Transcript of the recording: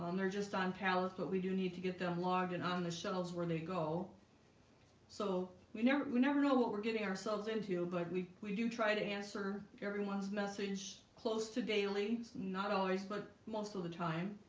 um they're just on pallets, but we do need to get them logged and on the shelves where they go so we never we never know what we're getting ourselves into but we we do try to answer everyone's message close to daily not always but most of the time